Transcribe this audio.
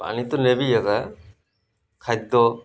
ପାଣି ତ ନେବି ଏକା ଖାଦ୍ୟ